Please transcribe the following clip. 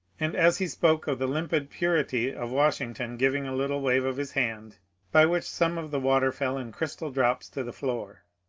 and as he spoke of the limpid purity of washington giving a little wave of his hand by which some of the water fell in crystal drops to the floor.